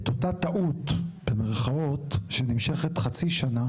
את אותה "טעות" שנמשכת חצי שנה